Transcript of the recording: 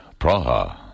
Praha